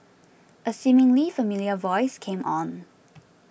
a seemingly familiar voice came on